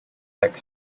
black